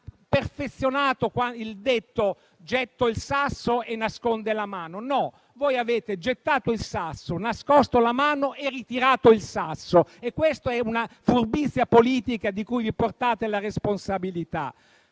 ha perfezionato il detto "gettare il sasso e nascondere la mano". No, voi avete gettato il sasso, nascosto la mano e ritirato il sasso; questa è una furbizia politica di cui portate la responsabilità.